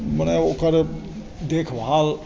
मने ओकर देखभाल